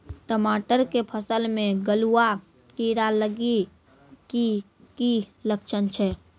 टमाटर के फसल मे गलुआ कीड़ा लगे के की लक्छण छै